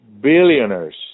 billionaires